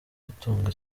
gutunga